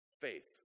faith